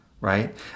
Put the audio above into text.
right